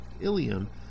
ilium